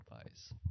advice